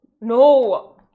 No